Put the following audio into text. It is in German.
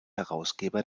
herausgeber